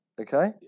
Okay